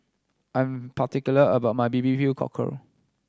I am particular about my B B Q Cockle